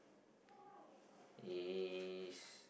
Ace